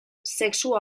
sexua